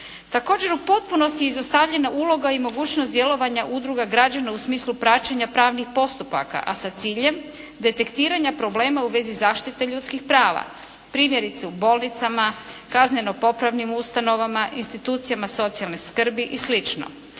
Također u potpunosti je izostavljena uloga i mogućnost djelovanja udruga građana u smislu praćenja pravnih postupaka, a sa ciljem detektiranja problema u vezi zaštite ljudskih prava. Primjerice u bolnicama, kazneno-popravnim ustanovama, institucijama socijalne skrbi i